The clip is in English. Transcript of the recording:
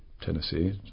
Tennessee